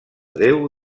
déu